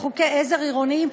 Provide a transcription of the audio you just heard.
חוקי עזר עירוניים,